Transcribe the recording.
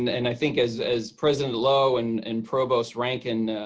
and and i think, as as president loh and and provost rankin